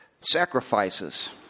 sacrifices